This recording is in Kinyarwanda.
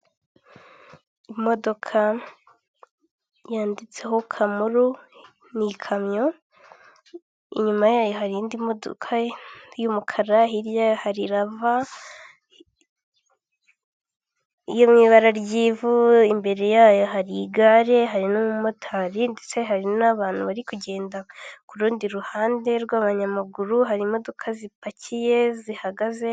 Imodoka, yanditseho kamuru n'ikamyo inyuma yayo hari y'umukara hiriya hari rava imbere yayo hari igare hari n'umumotari ndetse abantu bari kundi ruhande rw'abanyamaguru hari imodoka zipakiye zihagaze.